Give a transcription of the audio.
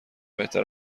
بهتر